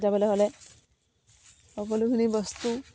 যাবলৈ হ'লে সকলোখিনি বস্তু